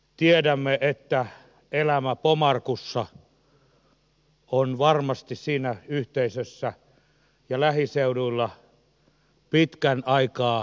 tiedämme että elämä pomarkussa on varmasti siinä yhteisössä ja lähiseuduilla pitkän aikaa järkkynyt